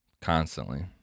constantly